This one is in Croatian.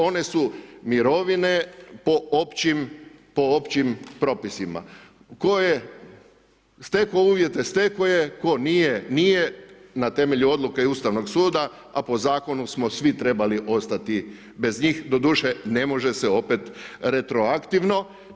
One su mirovine po općim propisima, tko je stekao uvjete stekao je, tko nije, nije na temelju odluke Ustavnog suda, a po zakonu smo svi trebali ostati bez njih, doduše ne može se opet retroaktivno.